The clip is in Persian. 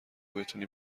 بتونی